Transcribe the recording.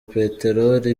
peteroli